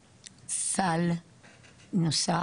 יקבלו סל נוסף,